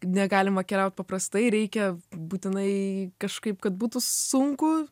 negalima keliaut paprastai reikia būtinai kažkaip kad būtų sunku